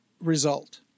result